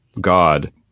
God